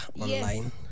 online